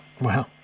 Wow